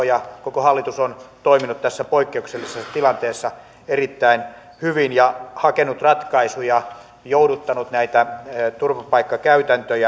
ja koko hallitus ovat toimineet tässä poikkeuksellisessa tilanteessa erittäin hyvin ja hakeneet ratkaisuja jouduttaneet näitä turvapaikkakäytäntöjä